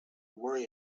worry